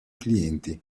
clienti